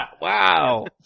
Wow